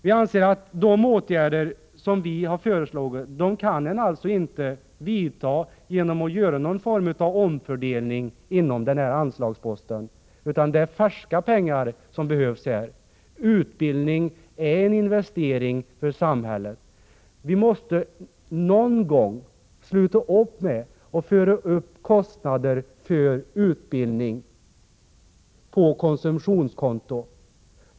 Vi anser inte att våra krav när det gäller de åtgärder vi föreslagit tillgodoses genom den omfördelning inom anslagsposten som utskottet hänvisar till. Enligt vår mening behövs det ”färska pengar”. Investering i utbildning är investering för framtiden. Vi måste någon gång sluta upp med att föra upp kostnader för utbildning på konsumtionskontot.